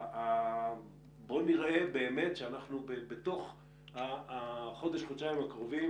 בואו נראה שאנחנו באמת בתוך חודש-חודשיים הקרובים